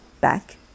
back